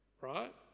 right